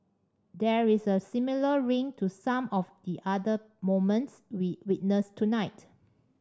there is a similar ring to some of the other moments we witnessed tonight